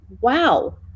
wow